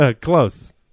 Close